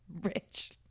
rich